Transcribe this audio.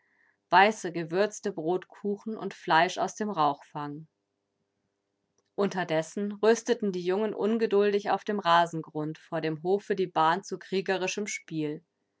weiße gewürzte brotkuchen und fleisch aus dem rauchfang unterdessen rüsteten die jungen ungeduldig auf dem rasengrund vor dem hofe die bahn zu kriegerischem spiel